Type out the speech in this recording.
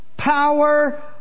Power